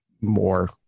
more